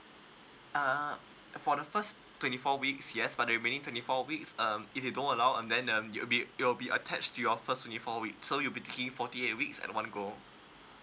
uh for the first twenty four weeks yes but the remaining twenty four weeks um if they don't allow and then um you will be it will be attached to your first twenty four week so you'd be taking forty eight weeks at one go